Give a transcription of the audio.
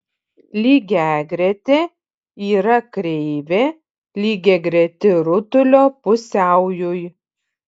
lygiagretė yra kreivė lygiagreti rutulio pusiaujui